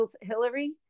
Hillary